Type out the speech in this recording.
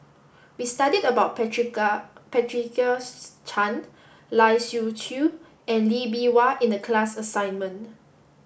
we studied about Patricia Patricia Chan Lai Siu Chiu and Lee Bee Wah in the class assignment